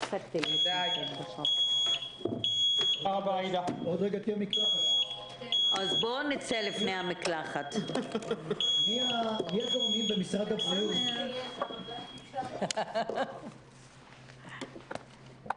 הישיבה ננעלה בשעה 13:50.